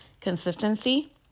consistency